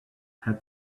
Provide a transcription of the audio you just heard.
had